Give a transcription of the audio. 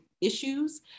issues